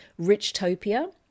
Richtopia